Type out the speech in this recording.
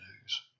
news